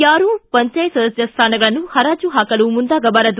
ಯಾರೂ ಪಂಚಾಯತ್ ಸದಸ್ಯ ಸ್ಥಾನಗಳನ್ನು ಹರಾಜು ಹಾಕಲು ಮುಂದಾಗಬಾರದು